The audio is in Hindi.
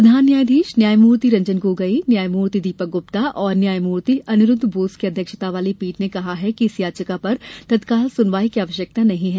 प्रधान न्यायाधीश न्यायमूर्ति रंजन गोगोई न्यायमूर्ति दीपक गुप्ता और न्यायमूर्ति अनिरूद्ध बोस की अध्यक्षता वाली पीठ ने कहा कि इस याचिका पर तत्काल सुनवाई की आवश्यकता नहीं है